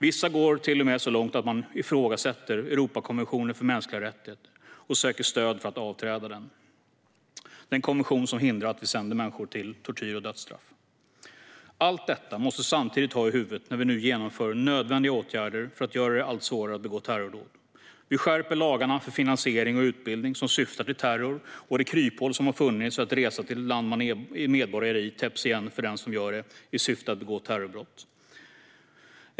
Vissa går till och med så långt att de ifrågasätter Europakonventionen om mänskliga rättigheter och söker stöd för att avträda den konvention som hindrar att vi sänder människor till tortyr och dödstraff. Allt detta måste vi samtidigt ha i huvudet när vi nu genomför nödvändiga åtgärder för att göra det allt svårare att begå terrordåd. Vi skärper lagarna för finansiering och utbildning som syftar till terror, och det kryphål som har funnits för att resa till ett land som man är medborgare i täpps igen för den som gör detta i syfte att begå terrorbrott.